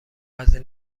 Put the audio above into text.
هزینه